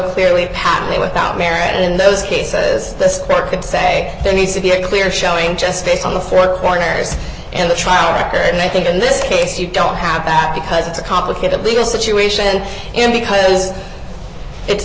clearly happening without merit in those cases the score could say there needs to be a clear showing just based on the four corners and the trial record and i think in this case you don't have that because it's a complicated legal situation and because it's